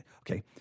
Okay